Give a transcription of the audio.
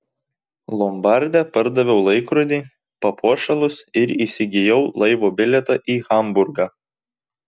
lombarde pardaviau laikrodį papuošalus ir įsigijau laivo bilietą į hamburgą